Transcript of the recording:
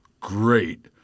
Great